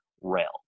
rail